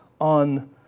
on